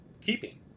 keeping